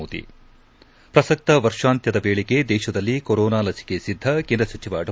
ಮೋದಿ ಪ್ರಸಕ್ತ ವರ್ಷಾಂತ್ಯದ ವೇಳೆಗೆ ದೇಶದಲ್ಲಿ ಕೊರೋನಾ ಲಸಿಕೆ ಸಿದ್ದ ಕೇಂದ್ರ ಸಚಿವ ಡಾ